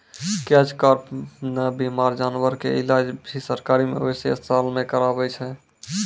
catch कार्प नॅ बीमार जानवर के इलाज भी सरकारी मवेशी अस्पताल मॅ करावै छै